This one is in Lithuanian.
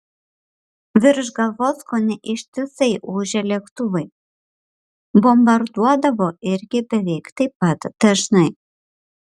virš galvos kone ištisai ūžė lėktuvai bombarduodavo irgi beveik taip pat dažnai